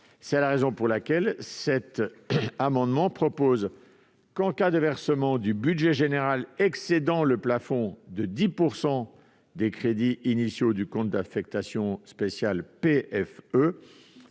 C'est la raison pour laquelle nous proposons que, en cas de versement du budget général excédant le plafond de 10 % des crédits initiaux du compte d'affectation spéciale «